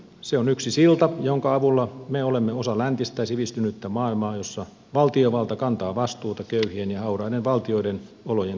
se on yksi silta jonka avulla me olemme osa läntistä ja sivistynyttä maailmaa jossa valtiovalta kantaa vastuuta köyhien ja hauraiden valtioiden olojen kohentamisesta